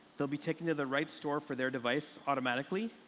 they'll be taken to the right store for their device automatically,